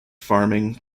farming